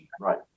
right